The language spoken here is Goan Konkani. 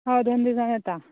हय दोन दिसान येता